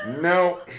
No